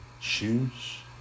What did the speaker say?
shoes